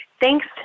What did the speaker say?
thanks